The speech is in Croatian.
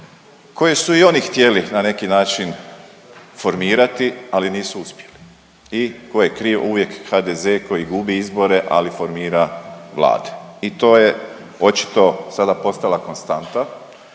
koji su je i oni htjeli na neki način formirati, ali nisu uspjeli. I ko je kriv? Uvijek HDZ koji gubi izbore, ali formira vlade i to je očito sada postala konstanta.